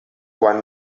quan